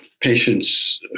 patients